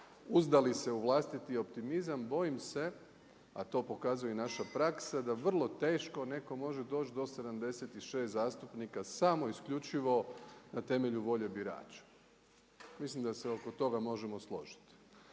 uzdali se u vlastiti optimizam, bojim se, a to pokazuje i naša praksa, da vrlo teško netko može doći do 76 zastupnika, samo isključivo na temelju volje birača. Mislim da se oko toga možemo složiti.